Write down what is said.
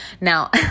Now